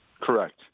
Correct